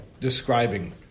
describing